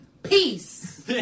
Peace